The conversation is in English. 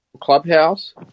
Clubhouse